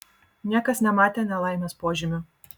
niekas nematė nelaimės požymių